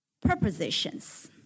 Prepositions